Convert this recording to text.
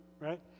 right